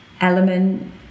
element